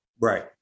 right